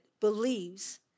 believes